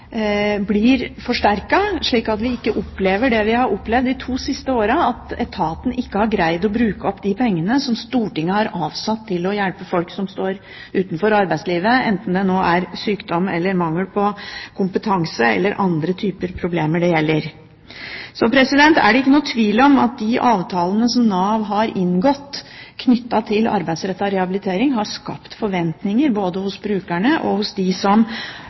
vi har opplevd de to siste årene: at etaten ikke har greid å bruke opp de pengene som Stortinget har avsatt til å hjelpe folk som står utenfor arbeidslivet, enten det nå er sykdom eller mangel på kompetanse eller andre typer problemer det gjelder. Det er ikke noen tvil om at de avtalene knyttet til arbeidsrettet rehabilitering som Nav har inngått, har skapt forventninger både hos brukerne og hos dem som